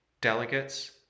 delegates